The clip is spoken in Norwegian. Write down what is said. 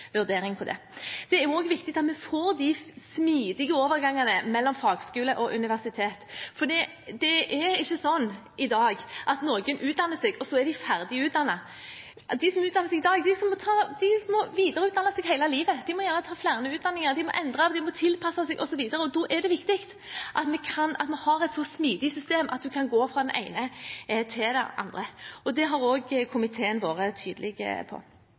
vurdering på det. Det er også viktig at vi får de smidige overgangene mellom fagskole og universitet, for det er ikke slik i dag at noen utdanner seg, og så er de ferdig utdannet. De som utdanner seg i dag, de må videreutdanne seg hele livet, de må gjerne ta flere utdanninger, de må tilpasse seg osv., og da er det viktig at vi har et så smidig system at en kan gå fra det ene til det andre. Og det har også komiteen vært tydelig på.